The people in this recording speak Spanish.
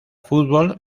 fútbol